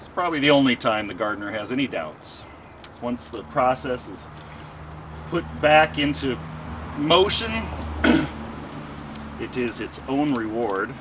probably the only time the gardener has any doubts once the process is put back into motion it is its own reward